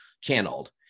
channeled